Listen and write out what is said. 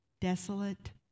desolate